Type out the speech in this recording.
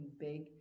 big